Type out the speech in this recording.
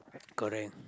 correct